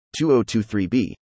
2023b